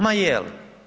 Ma je li?